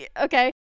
okay